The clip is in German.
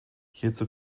hierzu